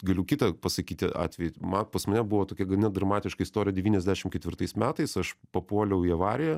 galiu kitą pasakyti atvejį mat pas mane buvo tokia gana dramatiška istorija devyniasdešim ketvirtais metais aš papuoliau į avariją